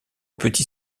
petit